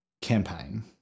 campaign